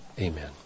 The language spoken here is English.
Amen